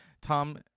Tom